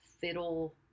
fiddle